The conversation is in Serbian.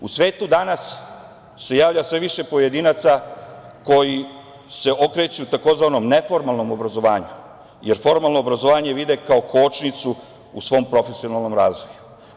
U svetu danas se javlja sve više pojedinaca koji se okreću tzv. neformalnom obrazovanju, jer formalno obrazovanje vide kao kočnicu u svom profesionalnom razvoju.